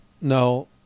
No